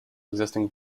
existing